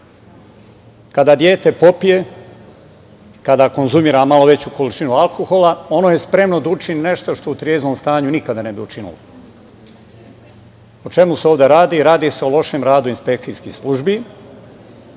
Kada dete popije, kada konzumira malo veću količinu alkohola, ono je spremno da učini nešto što u treznom stanju nikada ne bi učinilo.O čemu se ovde radi? Radi se o lošem radu inspekcijskih službi